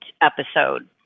episode